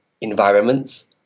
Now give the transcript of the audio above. environments